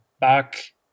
back